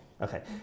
Okay